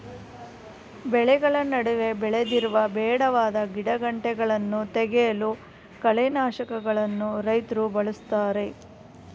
ಬೆಳೆಗಳ ನಡುವೆ ಬೆಳೆದಿರುವ ಬೇಡವಾದ ಗಿಡಗಂಟೆಗಳನ್ನು ತೆಗೆಯಲು ಕಳೆನಾಶಕಗಳನ್ನು ರೈತ್ರು ಬಳ್ಸತ್ತರೆ